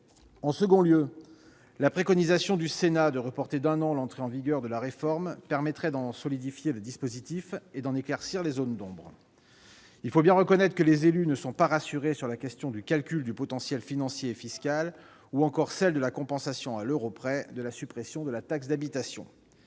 En second lieu, la préconisation du Sénat- reporter d'un an l'entrée en vigueur de la réforme -permettrait de solidifier le dispositif et d'éclaircir les zones d'ombre. Il faut bien le reconnaître : les élus ne sont pas rassurés, qu'il s'agisse du calcul du potentiel financier et fiscal ou de la compensation à l'euro près de la suppression de la taxe d'habitation.